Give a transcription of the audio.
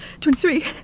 twenty-three